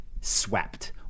swept